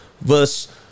verse